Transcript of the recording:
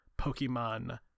Pokemon